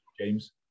James